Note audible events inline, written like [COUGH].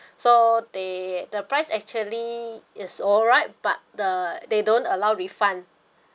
[BREATH] so they the price actually is all right but the they don't allow refund